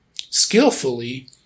skillfully